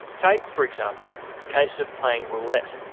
take for example the case of playing roulette.